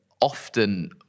often